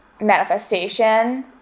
manifestation